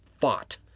fought